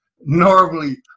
normally